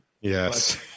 Yes